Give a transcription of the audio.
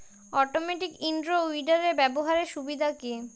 Automatic in row উইডারের ব্যবহারের সুবিধা কি?